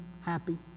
happy